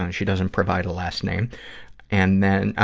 and she doesn't provide a last name and then, ah,